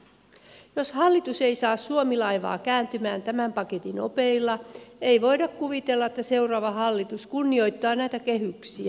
jos hallitus ei saa suomi laivaa kääntymään tämän paketin opeilla ei voida kuvitella että seuraava hallitus kunnioittaa näitä kehyksiä